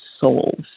souls